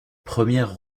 premières